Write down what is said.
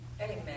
Amen